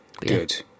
Good